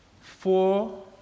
four